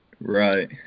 Right